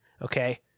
Okay